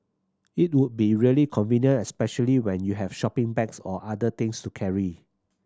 it would be really convenient especially when you have shopping bags or other things to carry